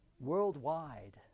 worldwide